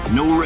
no